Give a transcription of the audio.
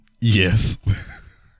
yes